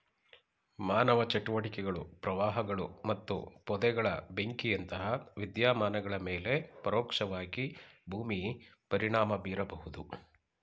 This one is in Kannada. ಮಾನವ ಚಟುವಟಿಕೆಗಳು ಪ್ರವಾಹಗಳು ಮತ್ತು ಪೊದೆಗಳ ಬೆಂಕಿಯಂತಹ ವಿದ್ಯಮಾನಗಳ ಮೇಲೆ ಪರೋಕ್ಷವಾಗಿ ಭೂಮಿ ಪರಿಣಾಮ ಬೀರಬಹುದು